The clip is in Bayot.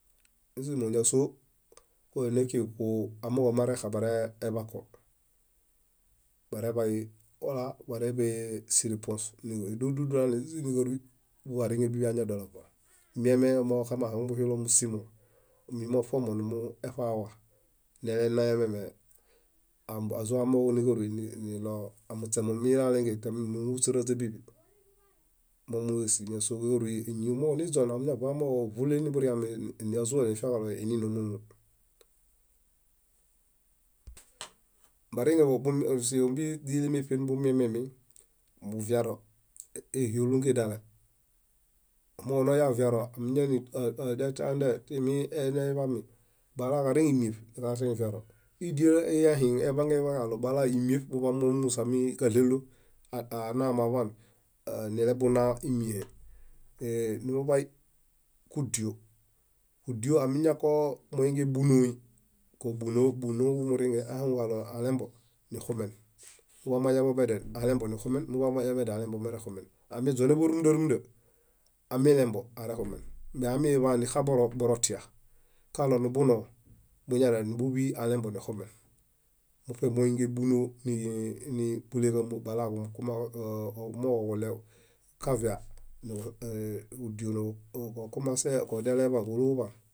músimo áso kíġuneki amooġo marexabareḃako. bareḃai ola, bareḃai síripuos. Edodulu dúlu anizizim níġarui, biḃariŋe bíḃi añalova. Miamie omooġo oxamohaŋu buhilo mómusimo, mimoṗomo nimueṗawa. Wainamieme ázoamooġo níġarui niɭotami muśemumilalengen nimuhuśírande bíḃi. mómusino ñásoniġarui íñiġumooġo niźon amiñavaamooġo óvule niḃuriame, ázuale nifiaġalo iinĩn ómumu. bariŋeḃo sombi źilemeṗen bumiemimieŋ: viaro éɦuolungen diale, omooġo noyaviaro amiñaini timi detãdae, bala kareŋ ímieṗ, níġarin viaro. yídiel yíehiŋ yeḃangenḃai kaɭo bala muḃamo musami káɭelo, anaamo aḃan nileḃuna ímieṗ. muḃai kúdio, kúdio amiñako moingen búnooi; kóbunoo niġuringen ahaŋu ġalo alem búnooḃo nixumen. muḃamoañamedial alembo nikumen, muḃamo añaḃomedial alembo mirexumen. Amiźonembo rumunda rumunda, amilembo aerexumen. amiḃan nixaboro borotia kalo nibunoo buñadial búḃii alembonixumen. muṗe boingen bunóo buléġamo bala kumooġo kuɭew kavia, kúdio kólooḃan